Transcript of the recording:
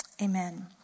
Amen